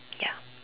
ya